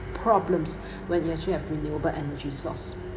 problems when you actually have renewable energy source